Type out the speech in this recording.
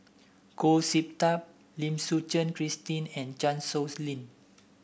Goh Sin Tub Lim Suchen Christine and Chan Sow Lin